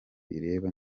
ireba